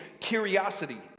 curiosity